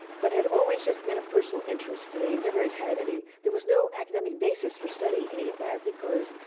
but had always just been a personal interest. they never had had any there was no academic basis for studying any of that because,